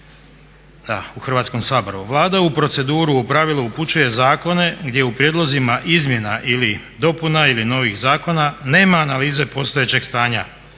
u Hrvatskom saboru. Vlada u proceduru u pravilu upućuje zakone gdje u prijedlozima izmjena ili dopuna ili novih zakona nema analize postojećeg stanja,